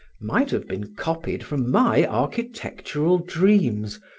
might have been copied from my architectural dreams,